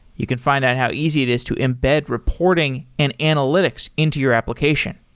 you can find out how easy it is to embed reporting and analytics into your application.